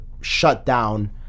shutdown